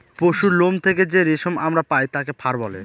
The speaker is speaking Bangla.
পশুরলোম থেকে যে রেশম আমরা পায় তাকে ফার বলে